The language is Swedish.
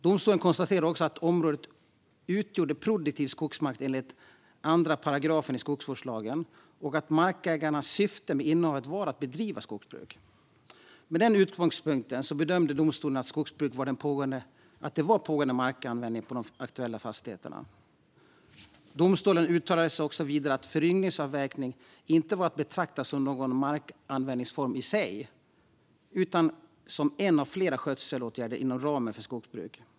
Domstolen konstaterade också att området utgjorde produktiv skogsmark enligt 2 § skogsvårdslagen och att markägarnas syfte med innehavet var att bedriva skogsbruk. Med den utgångspunkten bedömde domstolen att skogsbruk var den pågående markanvändningen på de aktuella fastigheterna. Domstolen uttalade vidare att föryngringsavverkning inte var att betrakta som någon markanvändningsform i sig utan som en av flera skötselåtgärder inom ramen för skogsbruk.